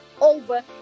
over